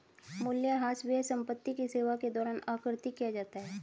मूल्यह्रास व्यय संपत्ति की सेवा के दौरान आकृति किया जाता है